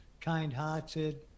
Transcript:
kind-hearted